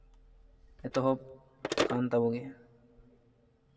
ᱮᱛᱚᱦᱚᱵ ᱠᱟᱱ ᱛᱟᱵᱚᱜᱮ